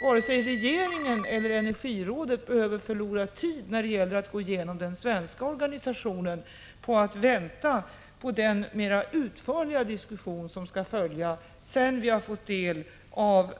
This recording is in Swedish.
Varken regeringen eller energirådet behöver förlora tid när det gäller att gå igenom den svenska organisationen på att vänta på den mera utförliga diskussion som skall följa sedan vi har fått del av